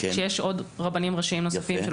כשיש עוד רבנים ראשיים נוספים,